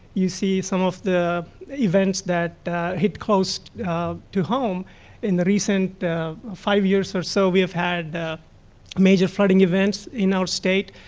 you see some of the events that hit close to home in the recent five years or so, we have had major flooding events in our state.